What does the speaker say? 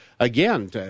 Again